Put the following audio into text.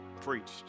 preached